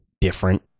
different